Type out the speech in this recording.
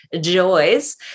joys